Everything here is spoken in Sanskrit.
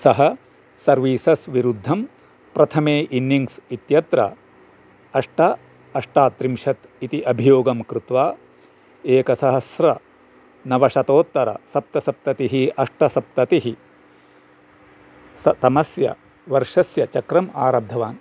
सः सर्विसस् विरुद्धं प्रथमे इन्निङ्ग्स् इत्यत्र अष्ट अष्टात्रिंशत् इति अभियोगं कृत्वा एकसहस्रनवशतोत्तरसप्तसप्ततिः अष्ट सप्ततिः स तमस्य वर्षस्य चक्रम् आरब्धवान्